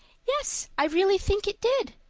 yes, i really think it did,